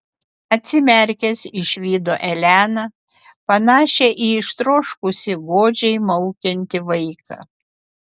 atsimerkęs išvydo eleną panašią į ištroškusį godžiai maukiantį vaiką